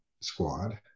squad